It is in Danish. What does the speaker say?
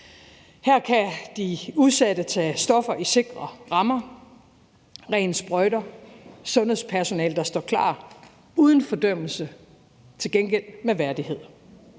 Her kan de udsatte tage stoffer i sikre rammer, med rene sprøjter og sundhedspersonale, der står klar uden fordømmelse, til gengæld med værdighed,